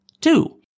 Two